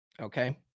Okay